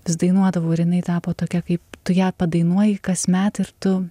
vis dainuodavau ir jinai tapo tokia kaip tu ją padainuoji kasmet ir tu